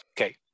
Okay